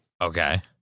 Okay